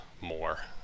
more